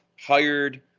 hired